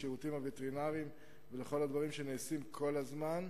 לשירותים הווטרינריים ולכל הדברים שנעשים כל הזמן,